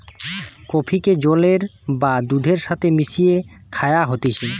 কফিকে জলের বা দুধের সাথে মিশিয়ে খায়া হতিছে